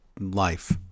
life